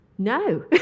No